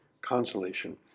consolation